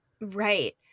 Right